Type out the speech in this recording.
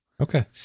Okay